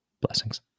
Blessings